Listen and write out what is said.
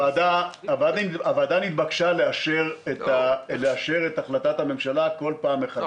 הוועדה נתבקשה לאשר את החלטת הממשלה בכל פעם מחדש.